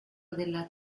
scheletro